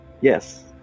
Yes